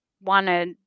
wanted